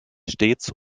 stets